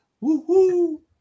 Woo-hoo